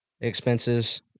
expenses